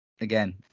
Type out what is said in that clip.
again